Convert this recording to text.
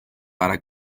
para